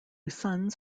sons